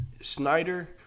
Snyder